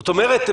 זאת אומרת,